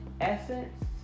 essence